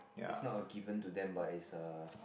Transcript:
is not a given to them but is a